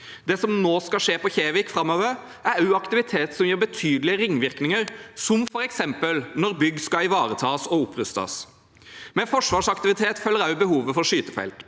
Det som nå skal skje på Kjevik framover, er også aktivitet som gir betydelige ringvirkninger, som f.eks. når bygg skal ivaretas og opprustes. Med forsvarsaktivitet følger også behov for skytefelt.